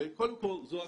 קודם כול זו הקופה.